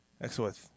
Excellent